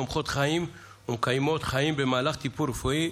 תומכות חיים ומקיימות חיים במהלך טיפול רפואי.